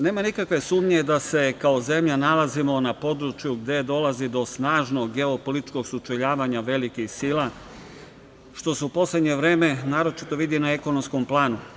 Nema nikakve sumnje da se kao zemlja nalazimo na području gde dolazi do snažnog geopolitičkog sučeljavanja velikih sila, što su u poslednje vreme, naročito vidi na ekonomskom planu.